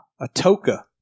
Atoka